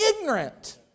ignorant